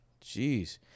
Jeez